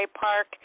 Park